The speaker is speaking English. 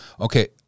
okay